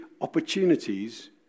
opportunities